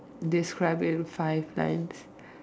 describe in five lines